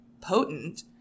potent